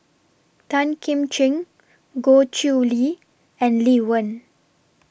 Tan Kim Ching Goh Chiew Lye and Lee Wen